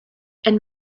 and